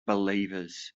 believers